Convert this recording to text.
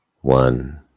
One